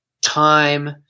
time